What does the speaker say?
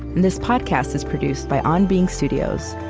and this podcast is produced by on being studios,